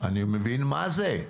אני מבין מה זה,